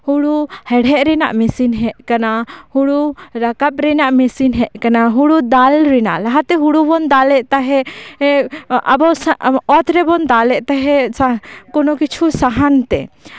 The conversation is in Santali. ᱦᱳᱲᱳ ᱦᱮᱲᱦᱮᱫ ᱨᱮᱱᱟᱜ ᱢᱮᱥᱤᱱ ᱦᱮᱡ ᱠᱟᱱᱟ ᱦᱳᱲᱳ ᱨᱟᱠᱟᱵᱽ ᱨᱮᱱᱟᱜ ᱢᱮᱥᱤᱱ ᱦᱮᱡ ᱠᱟᱱᱟ ᱦᱳᱲᱳ ᱫᱟᱞ ᱨᱮᱱᱟᱜ ᱞᱟᱦᱟᱛᱮ ᱦᱳᱲᱳ ᱵᱚᱱ ᱫᱟᱞ ᱛᱟᱦᱮᱱᱜ ᱟᱵᱚ ᱥᱟᱣ ᱚᱛ ᱨᱮᱵᱚᱱ ᱫᱟᱞ ᱞᱮᱛ ᱛᱟᱦᱮᱸᱜ ᱠᱳᱱᱳ ᱠᱤᱪᱷᱩ ᱥᱟᱦᱟᱱ ᱛᱮ